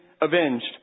avenged